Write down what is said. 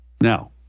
Now